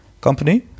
company